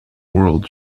world